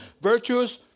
virtuous